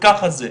ככה זה.